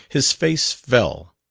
his face fell.